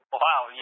wow